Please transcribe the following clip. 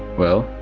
well,